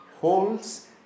holds